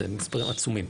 אלה מספרים עצומים.